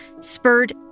spurred